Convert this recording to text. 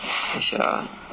等一下 ah